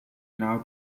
now